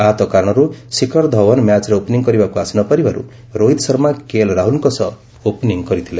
ଆହତ କାରଣରୁ ଶିଖର ଧୱନ ମ୍ୟାଚ୍ର ଓପନିଂ କରିବାକୁ ଆସିନପାରିବାରୁ ରୋହିତ ଶର୍ମା କେଏଲ୍ ରାହୁଲଙ୍କ ସହ ଓପନିଂ କରିଥିଲେ